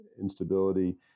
instability